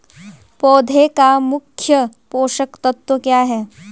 पौधें का मुख्य पोषक तत्व क्या है?